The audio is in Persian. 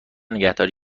نگهداری